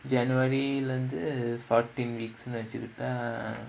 january leh இருந்து:irunthu fourteen weeks வெச்சுக்கிட்டா:vechukittaa